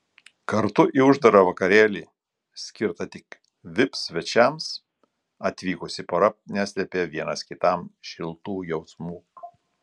kartu į uždarą vakarėlį skirtą tik vip svečiams atvykusi pora neslėpė vienas kitam šiltų jausmų